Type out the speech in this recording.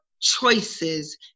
choices